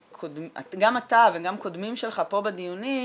גם אתה וגם קודמים שלך פה בדיונים